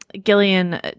Gillian